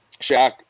Shaq